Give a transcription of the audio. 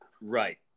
Right